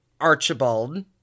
Archibald